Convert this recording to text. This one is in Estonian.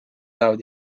lähevad